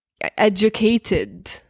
educated